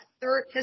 third